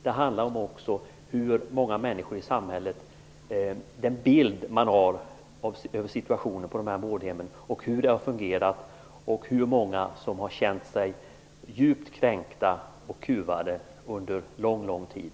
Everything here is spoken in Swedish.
Det handlar också om vilken bild man har över situationen på vårdhemmen, hur det har fungerat och hur många som har känt sig djupt kränkta och kuvade under mycket lång tid.